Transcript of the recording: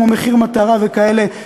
כמו מחיר מטרה וכאלה,